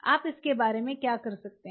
आप इसके बारे में क्या कर सकते हैं